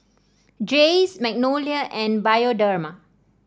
Jays Magnolia and Bioderma